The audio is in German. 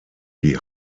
die